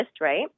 right